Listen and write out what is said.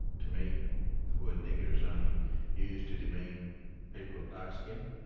to me the word nigger is only used to demean people of dark skin,